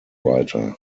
writer